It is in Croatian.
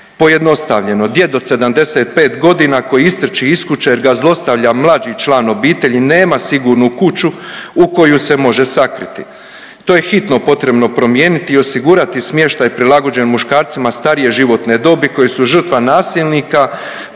Pojednostavljeno, djed od 75 godina koji istrči iz kuće jer ga zlostavlja mlađi član obitelji nema sigurnu kuću u koju se može sakriti. To je hitno potrebno promijeniti i osigurati smještaj prilagođen muškarcima starije životne dobi koje su žrtva nasilnika,